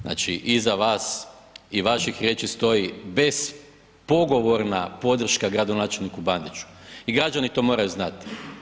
Znači iza vas i vaših riječi stoji bez pogovorna podrška gradonačelniku Bandiću i građani to moraju znati.